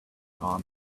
answered